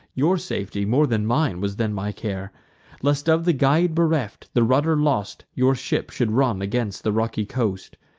your safety, more than mine, was then my care lest, of the guide bereft, the rudder lost, your ship should run against the rocky coast.